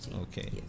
Okay